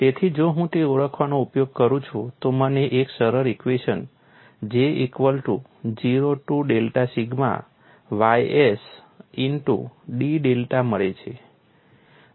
તેથી જો હું તે ઓળખનો ઉપયોગ કરું છું તો મને એક સરળ equation J equal to 0 to delta sigma ys into d ડેલ્ટામાં મળે છે